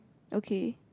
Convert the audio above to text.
okay